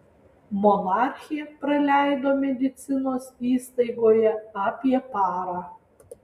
monarchė praleido medicinos įstaigoje apie parą